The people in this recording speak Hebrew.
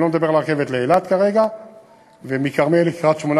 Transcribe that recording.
אני לא מדבר כרגע על הרכבת לאילת ומכרמיאל לקריית-שמונה,